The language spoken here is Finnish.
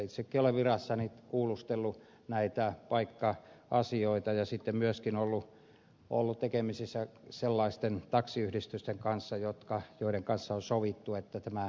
itsekin olen virassani kuulustellut näitä paikka asioita ja sitten myöskin ollut tekemisissä sellaisten taksiyhdistysten kanssa joiden kanssa on sovittu että tämä